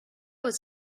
was